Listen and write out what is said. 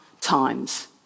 times